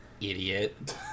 idiot